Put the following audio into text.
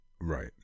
Right